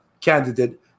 candidate